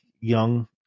young